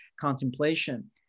contemplation